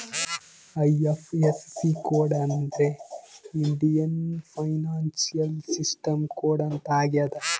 IFSC code ಅಂದ್ರೆ Indian financial system code ಅಂತ ಆಗ್ಯದ